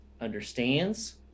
understands